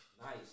nice